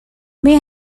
may